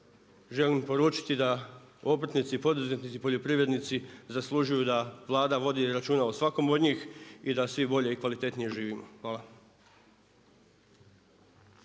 želim poručiti da obrtnici i poduzetnici, poljoprivrednici zaslužuju da Vlada vodi računa o svakom od njih i da svi bolje i kvalitetnije živimo. Hvala.